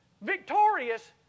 victorious